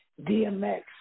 DMX